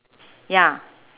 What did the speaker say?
ya